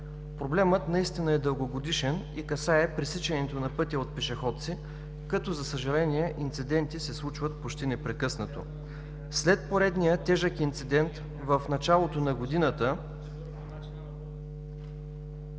Проблемът наистина е дългогодишен и касае пресичането на пътя от пешеходци като, за съжаление, инциденти се случват почти непрекъснато. След поредния тежък инцидент в началото на годината,